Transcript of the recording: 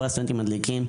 כל הסטודנטים מדליקים.